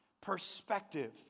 Perspective